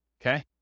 okay